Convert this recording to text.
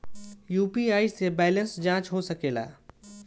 UPI से balance जाँच हो सके ला?